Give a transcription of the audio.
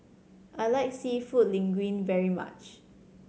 I like Seafood Linguine very much